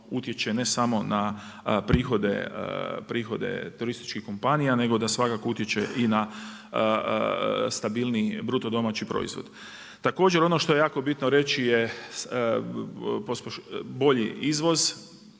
ne samo na prihode turističkih kompanije, nego da svakako utječe i na stabilniji BDP. Također, ono što je jako bitno reći je bolji izvoz,